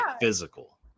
physical